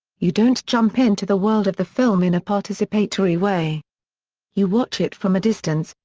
you don't jump into the world of the film in a participatory way you watch it from a distance,